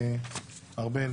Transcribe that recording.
ארבל.